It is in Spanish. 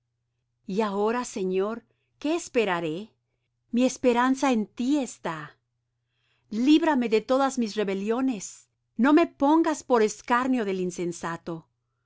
y ahora señor qué esperaré mi esperanza en ti está líbrame de todas mis rebeliones no me pongas por escarnio del insensato